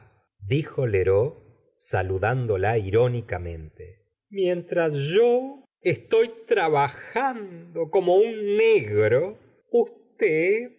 lheureux saludandola irónicamente mientras yo estoy trabajando como un negro